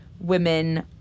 women